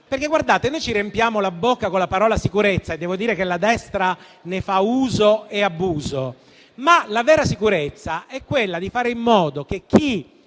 collettività. Noi ci riempiamo la bocca con la parola «sicurezza» e devo dire che la destra ne fa uso e abuso, ma la vera sicurezza è quella di fare in modo che chi